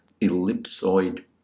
ellipsoid